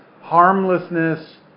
harmlessness